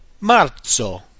Marzo